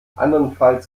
andernfalls